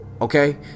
Okay